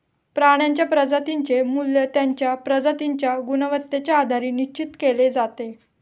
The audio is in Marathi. प्राण्यांच्या प्रजातींचे मूल्य त्यांच्या प्रजातींच्या गुणवत्तेच्या आधारे निश्चित केले जाते